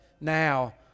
now